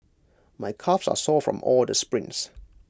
my calves are sore from all the sprints